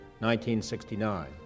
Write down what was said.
1969